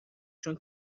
چون